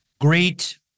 great